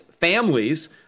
families